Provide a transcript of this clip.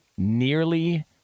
nearly